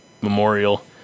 Memorial